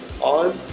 on